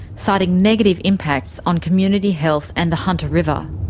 citing negative impacts on community health and the hunter river.